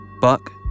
Buck